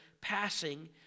passing